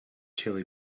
chili